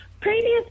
Previous